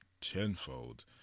tenfold